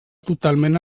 totalment